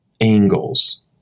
angles